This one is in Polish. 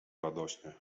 radośnie